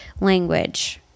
language